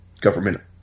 government